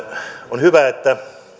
on hyvä että